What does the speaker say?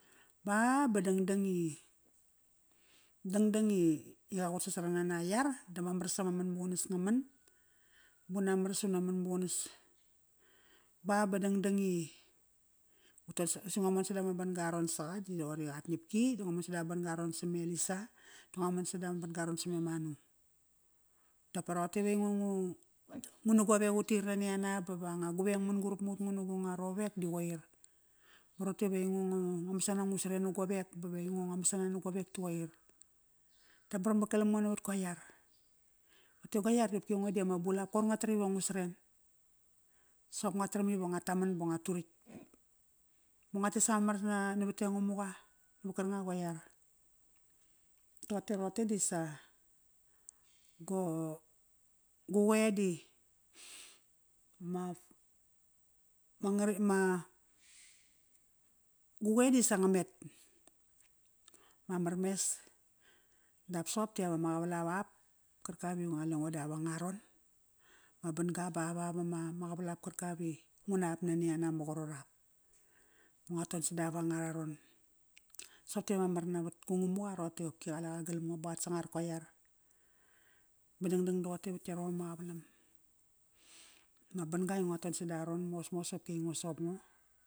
Ba, ba dangdang i, dangdang i qa qut sasarana na iar dama maras ama man maqunas nga man. Buna maras una manmaqunas. Ba, ba dangdang i si ngo mon sada ma ban-ga ron saqa di roqori ak ngiapki da ngo mon sadama ban-ga ron sema Elisa, da ngo mon sadama ban-ga ron same manu. Dapa roqote ive aingo ngu nguna govek utir naniana ba vanga gueng man-gurap mut nguna gu nga rovek di qoir. Roqote ve aingo ngu ngo masana ngu sren na govek bawe aingo nga masana na govek ta qoir. Dap marmar kalam ngo navat kua iar. Roqote gua iar qopki ngo diama bulap koir ngataram ngu sren. Soqop nga taram iva nga taman ba nga turitk. Ba nga tes ama mar navate Ngamuqa navat qarkanga go iar. Toqote roqote disa go, gu qow di ma, ma ma, gu qoe disa nga met. Mamar mes. Dap soqop ti ap ama qavalap ap karkap i qale ngo dap angararon. Ma ban-ga ba apvap ma qavalap karkavi, ngunap naniana ma qarot ap. Ngua ton sadap angararon. Soqop ti ama mar navat ku Ngamuqa roqote iqopki qale qa galam ngo ba qat sangar ko iar. Ba dangdang toqote vat yarom ma qavalam. Ma ban-ga i ngo ton sadaron mosmos qopki aingo soqop ngo.